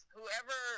Whoever